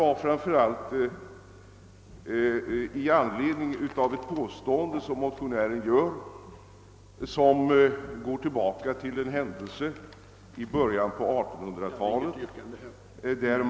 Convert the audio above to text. Jag fäste mig speciellt vid ett påstående som motionären gör med utgångspunkt från en händelse under första hälften av 1800 talet.